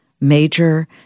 major